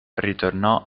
ritornò